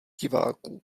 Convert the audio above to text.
diváků